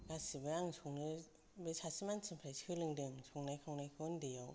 गासैबो आं सङो बे सासे मानसिनिफ्राय सोलोंदों संनाय खावनायखौ उन्दैयाव